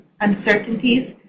uncertainties